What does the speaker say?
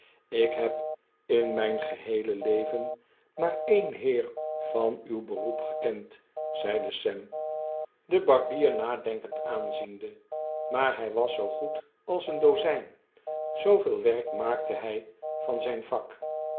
lk heb in myn geheele leven maar een heer van uw beroep gekend zeide sam den barbier nadenkend aanziende maar hy was zoo goed als een dozyn zooveel werk maakte hy van zyn vak